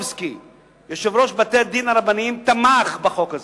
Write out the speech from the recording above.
יושב-ראש בתי-הדין הרבניים, תמך בחוק הזה.